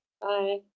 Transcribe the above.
Bye